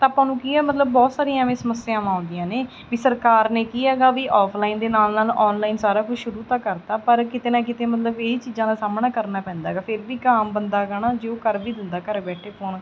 ਤਾਂ ਆਪਾਂ ਨੂੰ ਕੀ ਹੈ ਮਤਲਬ ਬਹੁਤ ਸਾਰੀਆਂ ਐਵੇਂ ਸਮੱਸਿਆਵਾਂ ਆਉਂਦੀਆਂ ਨੇ ਵੀ ਸਰਕਾਰ ਨੇ ਕੀ ਹੈਗਾ ਵੀ ਔਫਲਾਈਨ ਦੇ ਨਾਲ ਨਾਲ ਔਨਲਾਈਨ ਸਾਰਾ ਕੁਛ ਸ਼ੁਰੂ ਤਾਂ ਕਰਤਾ ਪਰ ਕਿਤੇ ਨਾ ਕਿਤੇ ਮਤਲਬ ਇਹ ਚੀਜ਼ਾਂ ਦਾ ਸਾਹਮਣਾ ਕਰਨਾ ਪੈਂਦਾ ਹੈਗਾ ਫਿਰ ਵੀ ਇੱਕ ਆਮ ਬੰਦਾ ਹੈਗਾ ਨਾ ਜੇ ਉਹ ਕਰ ਵੀ ਦਿੰਦਾ ਘਰ ਬੈਠੇ ਫੋਨ